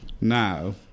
now